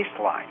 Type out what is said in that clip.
baseline